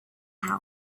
house